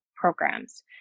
programs